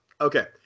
okay